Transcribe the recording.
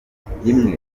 rimwe